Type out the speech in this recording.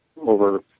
over